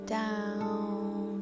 down